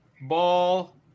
ball